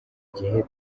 igihe